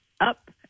up